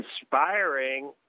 inspiring